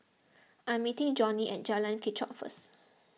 I am meeting Johnie at Jalan Kechot first